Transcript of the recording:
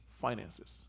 finances